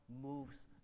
moves